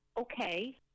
okay